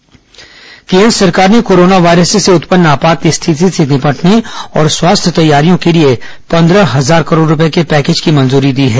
corona स्वास्थ्य package केन्द्र सरकार ने कोरोना वायरस से उत्पन्न आपात स्थिति से निपटने और स्वास्थ्य तैयारियों के लिए पंद्रह हजार करोड रुपये के पैकेज की मंजरी दी है